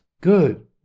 good